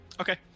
Okay